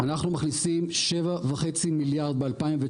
אנחנו מכניסים 7.5 מיליארד ב-2019,